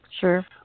Sure